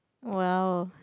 !wow!